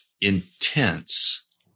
intense